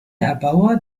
erbauer